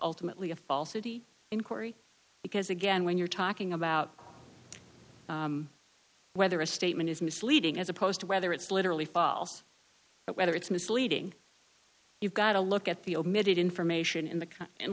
ultimately a falsity inquiry because again when you're talking about whether a statement is misleading as opposed to whether it's literally false whether it's misleading you've got to look at the omitted information in the in